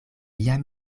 jam